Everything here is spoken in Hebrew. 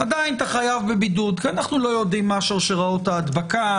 עדיין אתה חייב בבידוד כי אנחנו לא יודעים מה שרשראות ההדבקה.